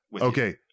Okay